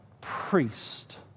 priest